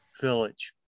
village